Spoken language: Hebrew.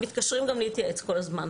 מתקשרים גם להתייעץ כל הזמן,